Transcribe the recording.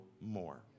more